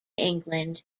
england